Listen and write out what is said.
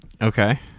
Okay